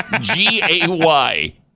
G-A-Y